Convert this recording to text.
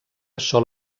sol